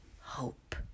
hope